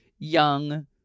young